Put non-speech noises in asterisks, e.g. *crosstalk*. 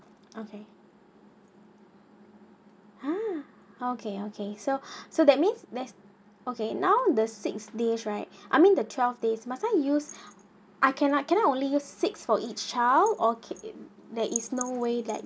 okay ah okay okay so *breath* so that means next okay now the six days right *breath* I mean the twelve days must I use *breath* I can I can I only have six for each child okay there is no way that